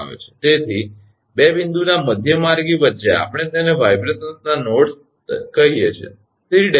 તેથી 2 બિંદુના મધ્યમાર્ગી વચ્ચે આપણે તેને વાઇબ્રેશન્સના નોડ્સ કહીએ છીએ ખરુ ને